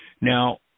Now